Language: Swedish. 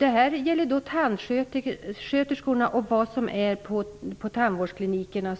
här gäller tandsköterskorna och tandvårdsklinikerna.